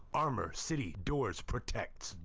armor city doors protects,